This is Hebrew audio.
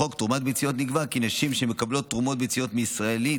בחוק תרומת ביציות נקבע כי נשים שמקבלות תרומות ביציות מישראלית